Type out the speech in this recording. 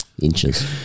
inches